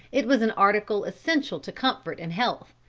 it was an article essential to comfort and health,